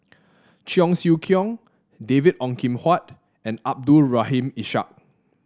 Cheong Siew Keong David Ong Kim Huat and Abdul Rahim Ishak